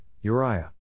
Uriah